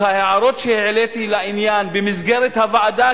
ההערות שהעליתי לעניין במסגרת הוועדה,